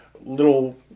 little